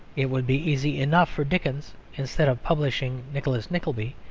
it would be easy enough for dickens, instead of publishing nicholas nickleby,